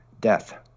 death